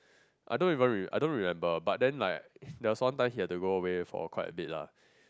I don't even re~ I don't remember but then like that's one time he had to go away for quite a bit lah